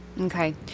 Okay